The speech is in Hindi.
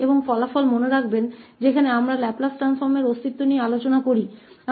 और परिणाम में याद रखें जहां हम लाप्लास परिवर्तन के अस्तित्व पर चर्चा करते हैं